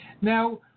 now